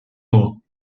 mot